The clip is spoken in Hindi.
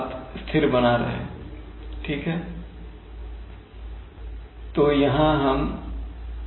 इसलिए जाहिर है इसे पाने के लिए हमें इन धाराओं को मापना होगा इसलिए हम यहां दो प्रवाह ट्रांसमीटर रख रहे हैं जो वास्तव में वॉल्यूमैट्रिक प्रवाह दर को मापते हैं